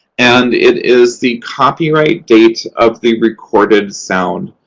and it is the copyright date of the recorded sound.